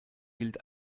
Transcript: gilt